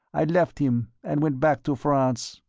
i left him, and went back to france.